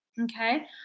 Okay